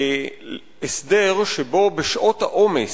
הסדר שבו בשעות העומס,